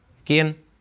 Again